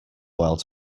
while